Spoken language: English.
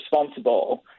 responsible